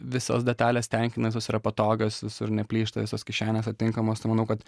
visos detalės tenkina jos visos yra patogios visur neplyšta visos kišenės atitinkamos tai manau kad